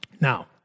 Now